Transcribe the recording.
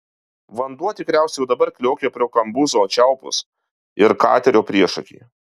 vanduo tikriausiai jau dabar kliokia pro kambuzo čiaupus ir katerio priešakį